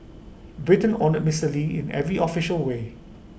Britain honoured Mister lee in every official way